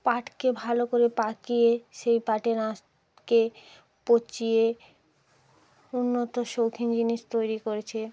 পাটকে ভালো করে পাকিয়ে সেই পাটের আঁশকে পচিয়ে উন্নত শৌখিন জিনিস তৈরি করছে